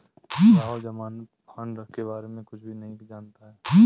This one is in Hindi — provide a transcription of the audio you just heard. राहुल ज़मानत बॉण्ड के बारे में कुछ भी नहीं जानता है